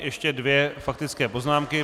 Ještě dvě faktické poznámky.